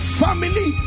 family